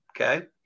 okay